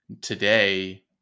today